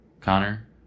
Connor